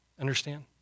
Understand